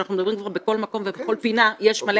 אנחנו מדברים כבר בכל מקום ובכל פינה יש מלא